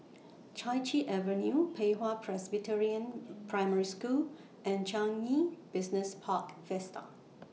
Chai Chee Avenue Pei Hwa Presbyterian Primary School and Changi Business Park Vista